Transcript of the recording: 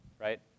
right